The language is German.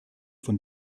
von